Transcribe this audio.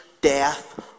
death